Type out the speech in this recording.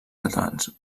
catalans